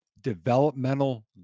developmental